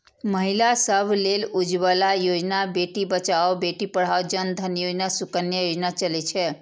महिला सभ लेल उज्ज्वला योजना, बेटी बचाओ बेटी पढ़ाओ, जन धन योजना, सुकन्या योजना चलै छै